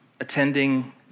attending